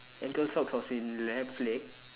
ankle socks on his left leg